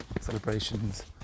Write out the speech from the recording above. celebrations